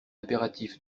impératif